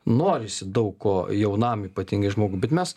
norisi daug ko jaunam ypatingai žmogui bet mes